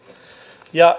ja